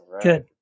good